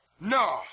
No